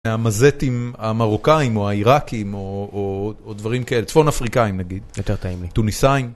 המזטים המרוקאים או העיראקים או או או דברים כאלה, צפון אפריקאים נגיד. יותר טעים לי. טוניסאים.